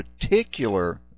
particular